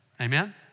Amen